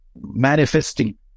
manifesting